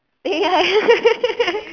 ya